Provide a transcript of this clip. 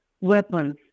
weapons